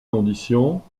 conditions